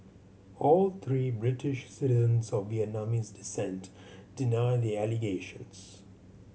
all three British citizens of Vietnamese descent deny the allegations